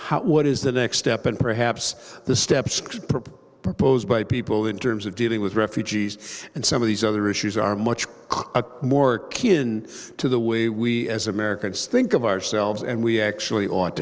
then what is the next step and perhaps the steps proposed by people in terms of dealing with refugees and some of these other issues are much more kid in to the way we as americans think of ourselves and we actually o